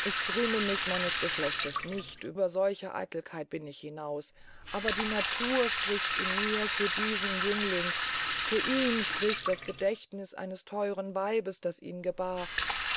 ich rühme mich meines geschlechtes nicht über solche eitelkeiten bin ich hinaus aber die natur spricht in mir für diesen jüngling für ihn spricht das gedächtniß des theuren weibes das ihn gebahr